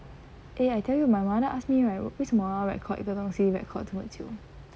eh I tell you my mother ask me right 为什么我要 record 一个东西 record 这样久